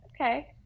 okay